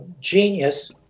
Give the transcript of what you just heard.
genius